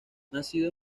nacido